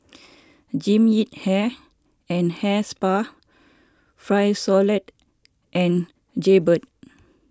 Jean Yip Hair and Hair Spa Frisolac and Jaybird